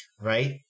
right